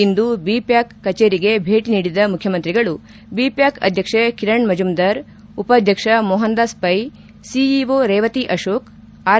ಇಂದು B PAC ಕಚೇರಿಗೆ ಭೇಟಿ ನೀಡಿದ ಮುಖ್ಯಮಂತ್ರಿಗಳು ಬಿ ಪ್ಯಾಕ್ ಅಧ್ಯಕ್ಷೆ ಕಿರಣ್ ಮಜುಂದಾರ್ ಉಪಾಧ್ಯಕ್ಷ ಮೋಹನ್ ದಾಸ್ ಪೈ ಸಿಇಓ ರೇವತಿ ಅಶೋಕ್ ಆರ್